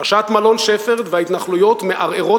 פרשת מלון "שפרד" וההתנחלויות מערערות